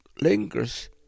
lingers